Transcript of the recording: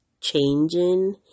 changing